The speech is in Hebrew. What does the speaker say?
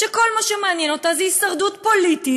שכל מה שמעניין אותה זה הישרדות פוליטית.